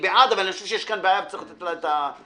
אבל אני חושב שיש פה בעיה וצריך לתת עליה את הדעת.